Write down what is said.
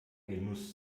genuss